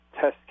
test